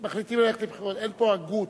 אין פה הגות.